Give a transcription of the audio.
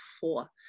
four